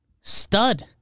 stud